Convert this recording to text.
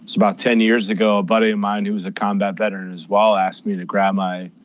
about ten years ago, a buddy of mine, he was a combat veteran as well, asked me to grab my